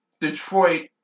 Detroit